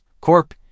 Corp